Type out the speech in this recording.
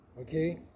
Okay